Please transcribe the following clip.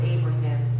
Abraham